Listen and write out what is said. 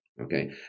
okay